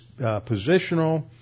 positional